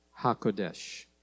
Hakodesh